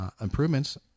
improvements